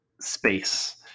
space